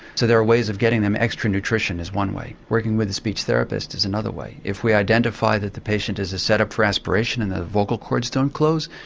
so there are ways of getting them extra nutrition, is one way. working with a speech therapist is another way. if we identify that the patient is is set up for aspiration and the vocal chords don't close,